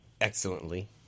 excellently